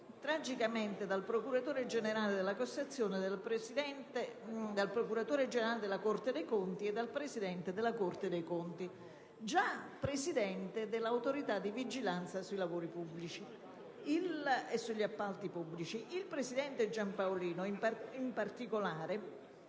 tragicamente dal procuratore generale della Corte dei conti e dal presidente della Corte dei conti, già presidente dell'Autorità di vigilanza sui lavori pubblici e sugli appalti pubblici. Il presidente Giampaolino, in particolare,